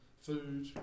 food